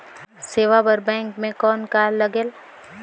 सेवा बर बैंक मे कौन का लगेल?